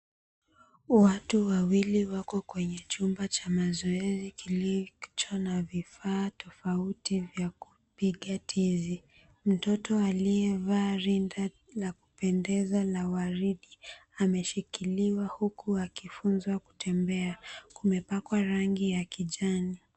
Watu wawili wako kwenye chumba cha mazoezi kilicho na vifaa tofauti vya kupigia tizi. Mtoto aliyevaa rinda la kupendeza la waridi ameshikiliwa huku akifunzwa kutembea. Kumepakwa rangi ya kijani.